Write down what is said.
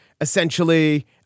essentially